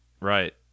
Right